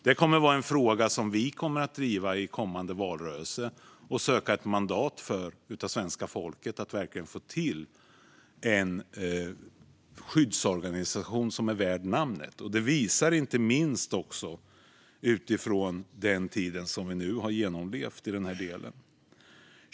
Det är en fråga som vi kommer att driva i kommande valrörelse. Vi kommer att söka mandat för att verkligen få till en skyddsorganisation som är värd namnet. Inte minst den tid som vi nu har genomlevt visar att det behövs i den här delen.